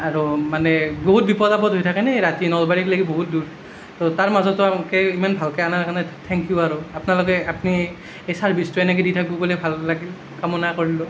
আৰু মানে বহুত বিপদ আপদ হৈ থাকে নে এই ৰাতি নলবাৰীক লেগি বহুত দূৰ তো তাৰ মাজতো এনকৈ ইমান ভালকৈ আনাৰ কাৰণে থেং কিউ আৰু আপনালোকে আপনি এই চাৰ্ভিছটো এনেকৈ দি থাকবোঁ বুলি ভাল লাগিল কামনা কৰলোঁ